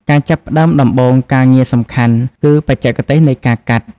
ការចាប់ផ្ដើមដំបូងការងារសំខាន់ គឺបច្ចេកទេសនៃការកាត់។